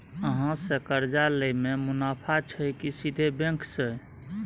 अहाँ से कर्जा लय में मुनाफा छै की सीधे बैंक से?